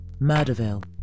Murderville